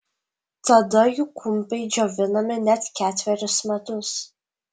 tada jų kumpiai džiovinami net ketverius metus